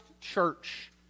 church